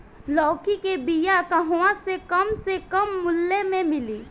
लौकी के बिया कहवा से कम से कम मूल्य मे मिली?